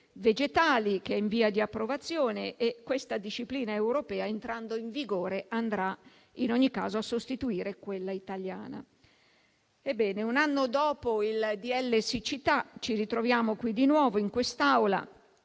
vegetali, che è in via di approvazione, e questa disciplina europea, entrando in vigore, andrà in ogni caso a sostituire quella italiana. Ebbene, un anno dopo il decreto-legge siccità ci ritroviamo di nuovo in quest'Aula